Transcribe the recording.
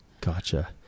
Gotcha